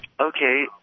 okay